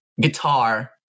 guitar